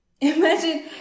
imagine